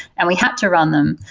and we have to run them,